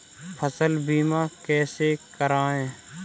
फसल बीमा कैसे कराएँ?